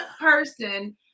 person